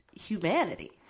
humanity